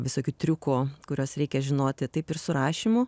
visokių triukų kuriuos reikia žinoti taip ir su rašymu